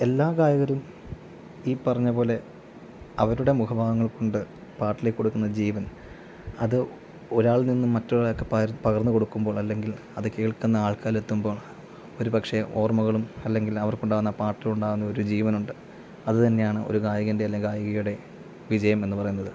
എല്ലാ ഗായകരും ഈ പറഞ്ഞപോലെ അവരുടെ മുഖഭാവങ്ങൾ കൊണ്ട് പാട്ടില് കൊടുക്കുന്ന ജീവൻ അത് ഒരാളിൽ നിന്നും മറ്റൊരാൾക്കു പര് പകർന്നുകൊടുക്കുമ്പോൾ അല്ലെങ്കിൽ അത് കേൾക്കുന്ന ആൾക്കാരിലെത്തുമ്പോൾ ഒരു പക്ഷേ ഓർമ്മകളും അല്ലെങ്കിൽ അവർക്കുണ്ടാകുന്ന പാട്ടിലുണ്ടാകുന്നൊരു ജീവനുണ്ട് അത് തന്നെയാണ് ഒരു ഗായകൻ്റെ അല്ലെങ്കില് ഗായികയുടെ വിജയം എന്ന് പറയുന്നത്